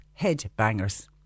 headbangers